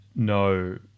No